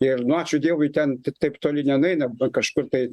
ir nu ačiū dievui ten taip toli nenueina kažkur tai